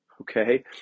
Okay